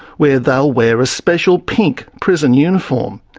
where they'll wear a special pink prison uniform.